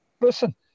listen